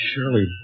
Surely